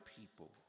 people